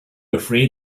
afraid